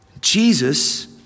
Jesus